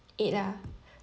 eight lah